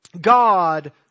God